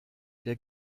der